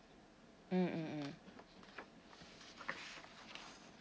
mm mm mm